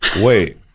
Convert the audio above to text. wait